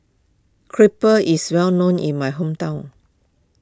Crepe is well known in my hometown